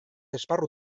esparru